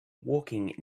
walking